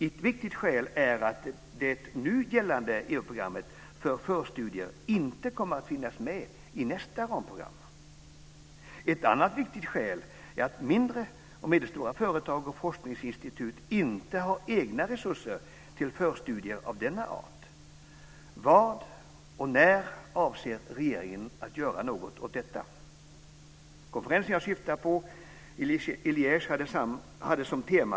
Ett viktigt skäl är att det nu gällande EU programmet för förstudier inte kommer att finnas med i nästa ramprogram. Ett annat viktigt skäl är att mindre och medelstora företag och forskningsinstitut inte har egna resurser till förstudier av denna art. Den konferens som jag syftar på hade som tema